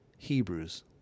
Hebrews